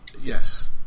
Yes